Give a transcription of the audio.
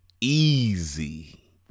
Easy